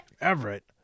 Everett